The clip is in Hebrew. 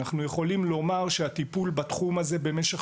אנחנו יכולים לומר שהטיפול בתחום הזה במשך